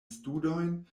studojn